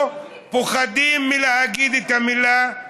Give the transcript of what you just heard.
או פוחדים מלהגיד את המילה,